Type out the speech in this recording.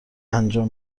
انجام